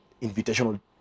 invitational